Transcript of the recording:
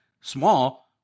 small